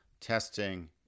testing